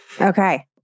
Okay